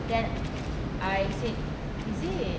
then I said is it